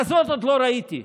כזאת עוד לא ראיתי.